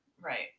Right